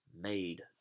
made